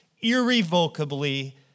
irrevocably